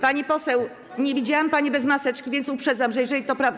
Pani poseł, nie widziałam pani bez maseczki, więc uprzedzam, że jeżeli to prawda.